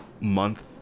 month